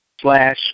slash